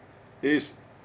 is